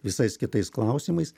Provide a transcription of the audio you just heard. visais kitais klausimais